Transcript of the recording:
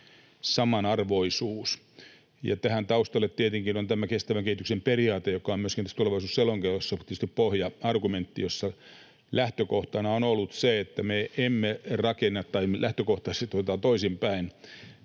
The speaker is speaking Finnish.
samanarvoisuuteen. Tässä taustalla on tietenkin tämä kestävän kehityksen periaate, joka on tietysti myöskin tässä tulevaisuusselonteossa argumentti ja jossa lähtökohtana on ollut se, että me emme rakenna... Tai otetaan lähtökohtaisesti toisin päin: